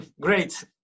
great